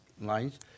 lines